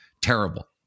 terrible